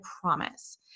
promise